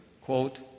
Quote